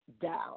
down